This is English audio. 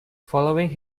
following